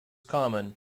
common